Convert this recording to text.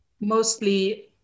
mostly